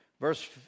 verse